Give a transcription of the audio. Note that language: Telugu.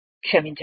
క్షమించండి